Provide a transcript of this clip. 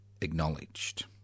acknowledged